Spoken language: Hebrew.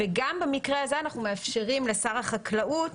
גם במקרה הזה אנחנו מאפשרים לשר החקלאות,